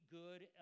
good